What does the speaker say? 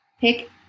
pick